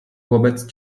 wobec